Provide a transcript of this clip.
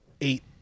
Eight